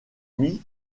mit